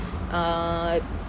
uh